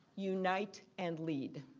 unite and lead.